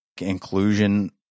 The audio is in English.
inclusion